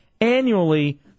Annually